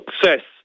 success